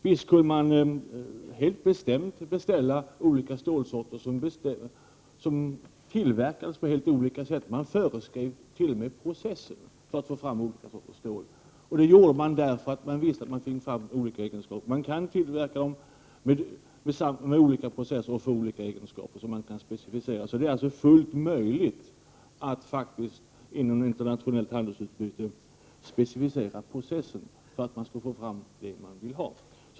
Visst kunde man helt bestämt beställa olika stålsorter som tillverkades på olika sätt. Man föreskrev t.o.m. processen för att få fram olika sorters stål. Det gjorde man därför att man visste att det gick att få fram olika egenskaper. Man kan således tillverka med olika processer och få fram olika specificerade egenskaper. Det är alltså fullt möjligt att inom internationellt handelsutbyte specificera processer för att få fram det man vill ha.